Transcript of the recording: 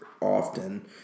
often